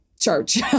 church